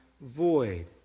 void